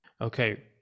Okay